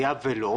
היה ולא,